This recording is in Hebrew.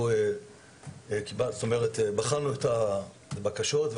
אנחנו בחנו את הבקשות,